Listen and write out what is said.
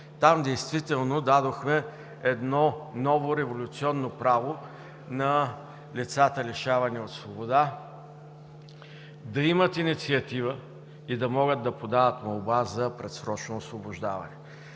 Там действително дадохме едно ново революционно право на лицата, лишавани от свобода – да имат инициатива и да могат да подават молба за предсрочно освобождаване.